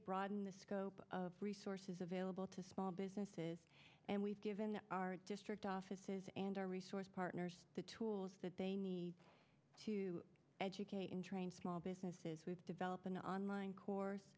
broaden the scope of resources available to small businesses and we've given our district offices and our resource partners the tools that they need to educate and train small business an online course